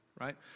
right